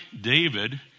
David